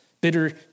bitter